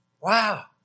Wow